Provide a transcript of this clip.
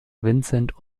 vincent